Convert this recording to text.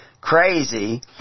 crazy